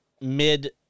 mid